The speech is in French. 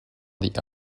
the